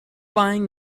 buying